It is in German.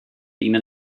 ihnen